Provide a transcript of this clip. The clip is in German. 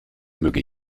möge